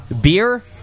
beer